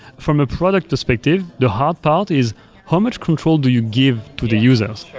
from a product perspective, the hard part is how much control do you give to the users?